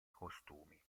costumi